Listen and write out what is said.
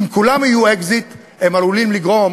אם כולם יהיו אקזיט, הם עלולים לגרום